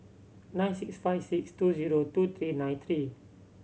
nine six five six two zero two three nine three